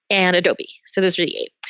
and adobe. so there's really eight.